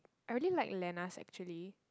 I really like Lena's actually